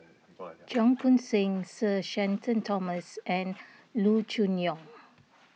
Cheong Koon Seng Sir Shenton Thomas and Loo Choon Yong